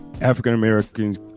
African-Americans